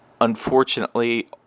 unfortunately